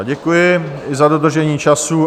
Děkuji i za dodržení času.